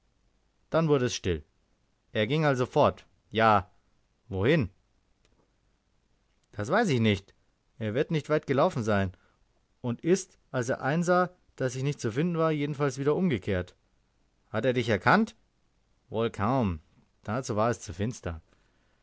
dann wurde es still er ging also fort ja wohin das weiß ich nicht er wird nicht weit gelaufen sein und ist als er einsah daß ich nicht zu finden war jedenfalls wieder umgekehrt hat er dich erkannt wohl kaum dazu war es zu finster